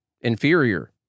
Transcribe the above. inferior